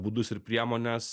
būdus ir priemones